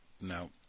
no